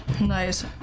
Nice